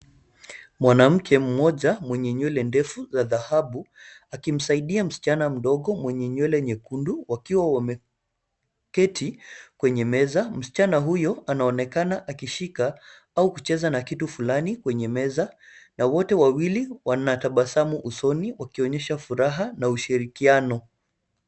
Mwanamke mmoja mwenye nywele ndefu za dhahabu, akimsaidia msichana mdogo mwenye nywele nyekundu wakiwa wameketi kwenye meza. Msichana huyo anaonekana akishika au kucheza na kitu fulani kwenye meza na wote wawili wanatabasamu usoni wakionyesha furaha na ushirikiano.